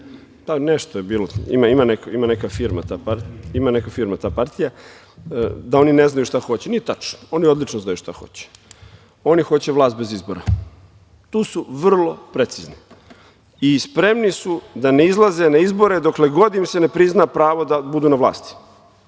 nešto je bilo, ima neka firma, ta partija, da oni ne znaju šta hoće. Nije tačno. Oni odlično znaju šta hoće. Oni hoće vlast bez izbora. Tu su vrlo precizni i spremni su da ne izlaze na izbore dokle god im se ne prizna pravo da budu na vlasti.